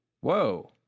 whoa